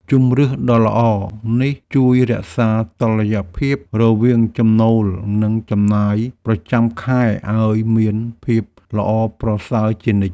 ជម្រើសដ៏ល្អនេះជួយរក្សាតុល្យភាពរវាងចំណូលនិងចំណាយប្រចាំខែឱ្យមានភាពល្អប្រសើរជានិច្ច។